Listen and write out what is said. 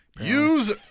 Use